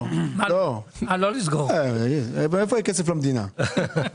איפה יהיה כסף למדינה?